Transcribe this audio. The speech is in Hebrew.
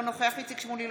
אינו נוכח איציק שמולי,